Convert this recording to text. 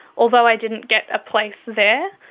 although i didn't get a place there.